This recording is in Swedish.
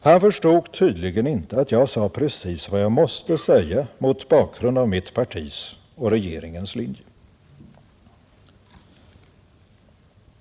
Han förstod tydligen inte att jag sade precis vad jag måste säga mot bakgrund av mitt partis och regeringens linje.